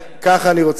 כל אחד וסולם הצרכים שלו.